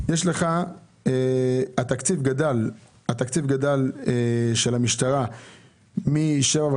יש הבדל בין חמש שנים או